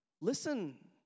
Listen